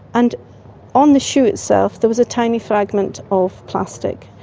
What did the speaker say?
and on the shoe itself there was a tiny fragment of plastic.